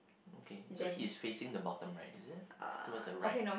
okay so he's facing the bottom right is it towards the right